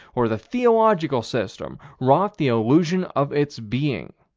or the theological system, wrought the illusion of its being.